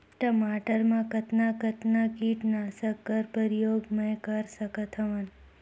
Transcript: टमाटर म कतना कतना कीटनाशक कर प्रयोग मै कर सकथव?